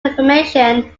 information